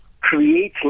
creating